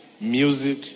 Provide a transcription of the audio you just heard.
music